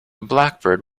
blackbird